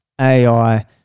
AI